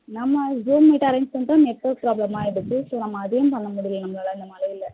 நம்ம Zoom meet arrange பண்ணிவிட்டா network ப்ராப்ளமாக ஆகிடுது ஸோ நம்ம அதையும் பண்ண முடியலை நம்மளால் அந்த மழையில